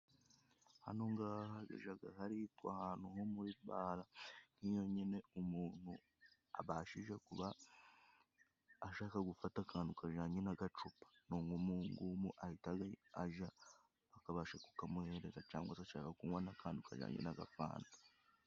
Hano ngaha hajaga haritwa ahantu ho muri bara nk'iyo nyine umuntu abashije kuba ashaka gufata akantu kajanye n'agacupa, ni umungumu ahita aja bakabasha kukamuhereza cangwa se ashaka kunywa n'akantu kajaanye n'agafanta.